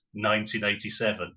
1987